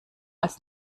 als